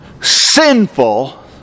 sinful